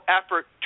effort